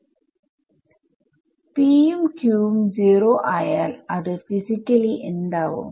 p യും q ഉം 0 ആയാൽ അത് ഫിസിക്കലിഎന്താവും